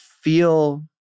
feel